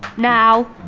now!